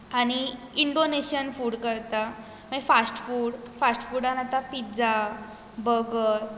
आनी Indonesian food करता मागीर फास्ट फूड फास्ट फुडांत आतां पिज्जा बगर